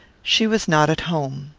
she was not at home.